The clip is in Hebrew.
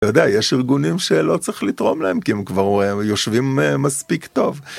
אתה יודע יש ארגונים שלא צריך לתרום להם כי הם כבר יושבים מספיק טוב.